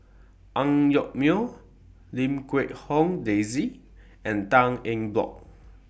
Ang Yoke Mooi Lim Quee Hong Daisy and Tan Eng Bock